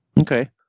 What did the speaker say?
Okay